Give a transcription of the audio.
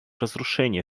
разрушение